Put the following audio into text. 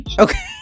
okay